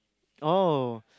oh